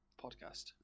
podcast